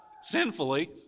sinfully